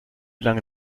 lange